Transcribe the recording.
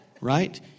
Right